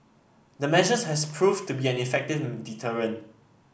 the measure has proved to be an effective deterrent